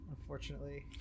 Unfortunately